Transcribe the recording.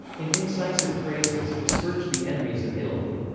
in incisive phrases he scourged the enemies of italy.